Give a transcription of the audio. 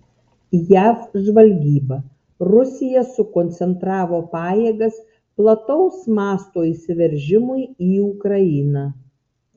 jav žvalgyba rusija sukoncentravo pajėgas plataus mąsto įsiveržimui į ukrainą